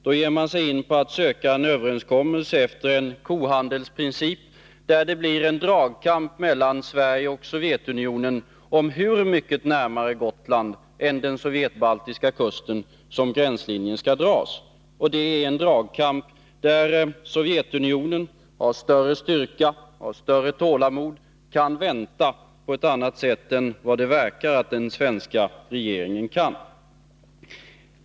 Då ger man sig in på att söka en överenskommelse efter en kohandelsprincip, där det blir en dragkamp mellan Sverige och Sovjetunionen om hur mycket närmare Gotland än den sovjetbaltiska kusten som gränslinjen skall dras. Det är en dragkamp där Sovjetunionen har större styrka och större tålamod och kan vänta på ett annat sätt än vad det verkar att den svenska regeringen kan.